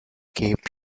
cape